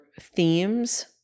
themes